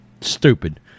Stupid